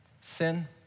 Sin